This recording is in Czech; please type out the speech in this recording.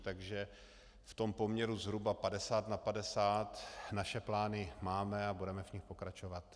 Takže v tom poměru zhruba 50 : 50 naše plány máme a budeme v nich pokračovat.